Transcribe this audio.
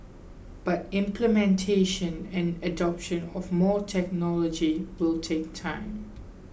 but implementation and adoption of more technology will take time